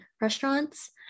restaurants